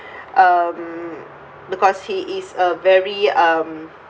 um because he is a very um